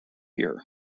here